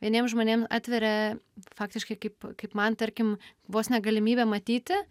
vieniem žmonėm atveria faktiškai kaip kaip man tarkim vos ne galimybę matyti